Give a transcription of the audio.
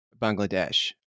Bangladesh